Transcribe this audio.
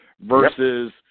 versus